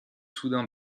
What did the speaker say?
soudain